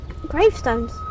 gravestones